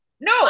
no